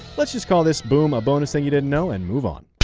let's just call this boom a bonus thing you didn't know and move on.